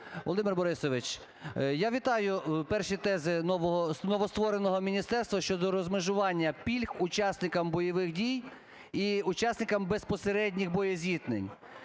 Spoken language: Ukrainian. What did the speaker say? Володимир Борисович, я вітаю перші тези новоствореного міністерства щодо розмежування пільг учасникам бойових дій і учасникам безпосередніх боєзіткнень.